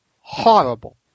horrible